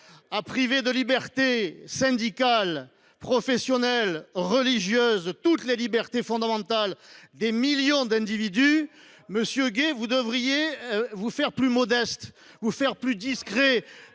a privé de liberté syndicale, professionnelle, religieuse, de toutes les libertés fondamentales, des millions d’individus ! Monsieur Gay, vous devriez vous faire plus modeste, plus discret…